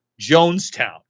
jonestown